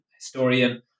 historian